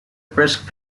brisk